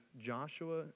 Joshua